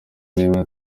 n’imwe